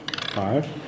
Five